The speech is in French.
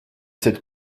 cette